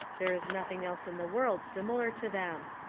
there is nothing else in the world simi lar to them.